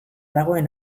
dagoen